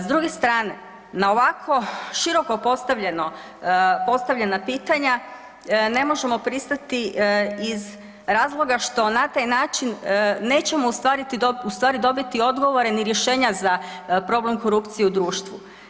S druge strane na ovako široko postavljeno, postavljena pitanja ne možemo pristati iz razloga što na taj način nećemo u stvari dobiti odgovore ni rješenja za problem korupcije u društvu.